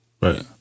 Right